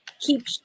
keep